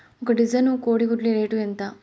ఒక డజను కోడి గుడ్ల రేటు ఎంత?